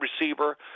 receiver